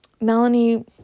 Melanie